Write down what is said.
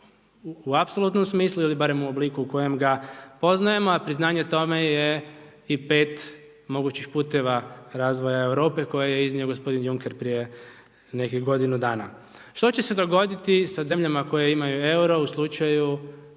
u apsolutnom smislu ili barem u obliku u kojem ga poznajemo. A priznanje tome je i 5 mogućih puteva razvoja Europe koje je iznio g. Junker prije nekih godinu dana. Što će se dogoditi sa zemljama koje imaju euro u slučaju